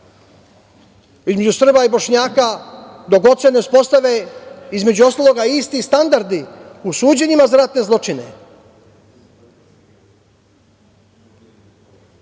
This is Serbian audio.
između Srba i Bošnjaka dok god se ne uspostave između ostalog isti standardi u suđenjima za ratne zločine.